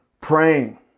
Praying